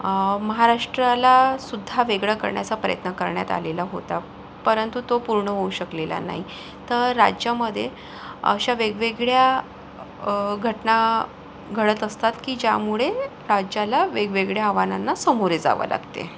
महाराष्ट्रालासुद्धा वेगळं करण्याचा प्रयत्न करण्यात आलेला होता परंतु तो पूर्ण होऊ शकलेला नाही तर राज्यामध्ये अशा वेगवेगळ्या घटना घडत असतात की ज्यामुळे राज्याला वेगवेगळ्या आव्हानांना सामोरे जावे लागते